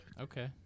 Okay